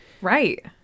right